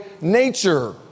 nature